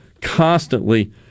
constantly